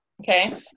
okay